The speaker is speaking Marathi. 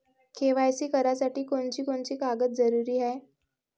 के.वाय.सी करासाठी कोनची कोनची कागद जरुरी हाय?